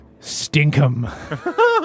Stinkum